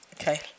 Okay